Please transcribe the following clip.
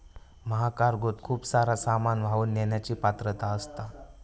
महाकार्गोत खूप सारा सामान वाहून नेण्याची पात्रता असता